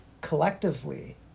collectively